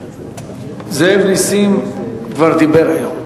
זאב נסים כבר דיבר היום.